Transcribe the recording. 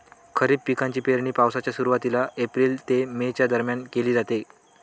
खरीप पिकांची पेरणी पावसाच्या सुरुवातीला एप्रिल ते मे च्या दरम्यान केली जाते